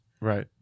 Right